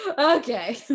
okay